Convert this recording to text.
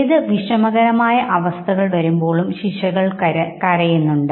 ഏത് വിഷമകരമായ അവസ്ഥകൾ വരുമ്പോഴും ശിശുക്കൾ കരയുന്നുണ്ട്